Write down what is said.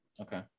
okay